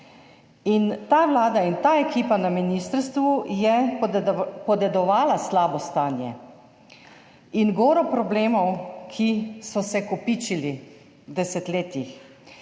ta Vlada in ta ekipa na ministrstvu je podedovala slabo stanje in goro problemov, ki so se kopičili v desetletjih.